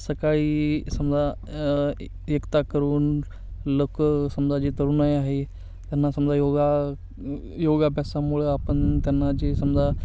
सकाळी समजा एकता करून लोक समजा जे तरुणाई आहे त्यांना समजा योगा योगाभ्यासामुळं आपण त्यांना जे समजा